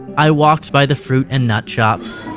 i walked by the fruit and nut shops,